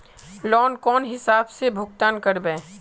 Loan कौन हिसाब से भुगतान करबे?